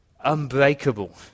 unbreakable